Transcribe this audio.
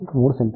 3 సెం